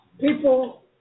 people